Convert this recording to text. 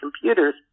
computers